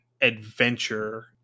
adventure